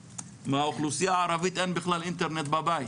מהאוכלוסייה הערבית אין בכלל אינטרנט בבית,